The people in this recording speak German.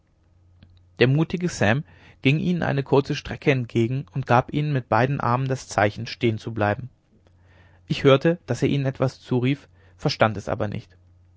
der mutige sam ging ihnen eine kurze strecke entgegen und gab ihnen mit beiden armen das zeichen stehen zu bleiben ich hörte daß er ihnen etwas zurief verstand es aber nicht